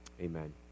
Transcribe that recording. Amen